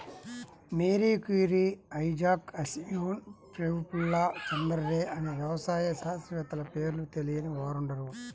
Mary Curie, Isaac Asimov, Prafulla Chandra Ray అనే వ్యవసాయ శాస్త్రవేత్తల పేర్లు తెలియని వారుండరు